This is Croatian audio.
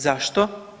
Zašto?